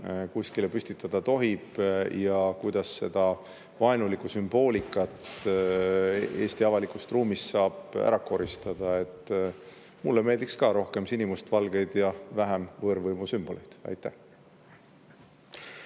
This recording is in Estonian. kuskile püstitada tohib ja kuidas seda vaenulikku sümboolikat Eesti avalikust ruumist saab ära koristada. Mulle meeldiks ka rohkem sinimustvalgeid ja vähem võõrvõimu sümboleid. Aitäh!